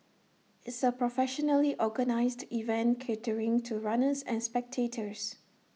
it's A professionally organised event catering to runners and spectators